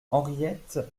henriette